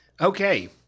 Okay